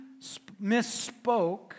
misspoke